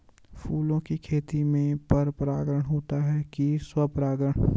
फूलों की खेती में पर परागण होता है कि स्वपरागण?